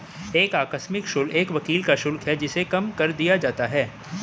एक आकस्मिक शुल्क एक वकील का शुल्क है जिसे कम कर दिया जाता है